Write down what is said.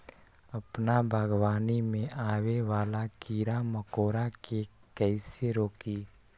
अपना बागवानी में आबे वाला किरा मकोरा के कईसे रोकी?